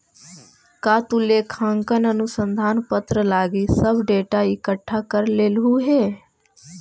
का तु लेखांकन अनुसंधान पत्र लागी सब डेटा इकठ्ठा कर लेलहुं हे?